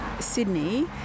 Sydney